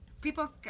people